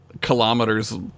kilometers